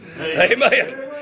Amen